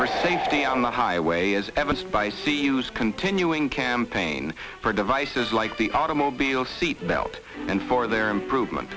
for safety on the highway as evident by c use continuing campaign for devices like the automobile seatbelt and for their improvement